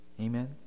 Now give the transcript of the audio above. Amen